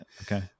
Okay